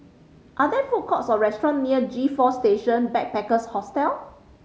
are there food courts or restaurant near G Four Station Backpackers Hostel